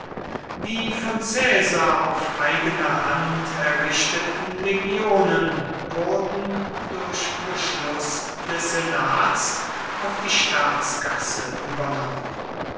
die von caesar auf eigene hand errichteten legionen wurden durch beschluß des senats auf die staatskasse übernommen